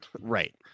Right